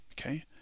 okay